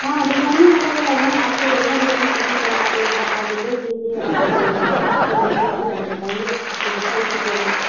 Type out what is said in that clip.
हाँ डिजाइनें अलग अलग हैं आपको जैसा डिज़ाइन पसंद है आप एक बार आ कर देख लीजिए और फिर आपको जैसा लगे आप बताइए आपको जैसा उचित लगे